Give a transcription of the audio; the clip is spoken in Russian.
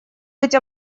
быть